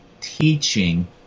teaching